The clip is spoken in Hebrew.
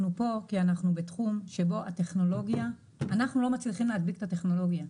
אנחנו פה כי אנחנו בתחום שבו אנחנו לא מצליחים להדביק את הטכנולוגיה,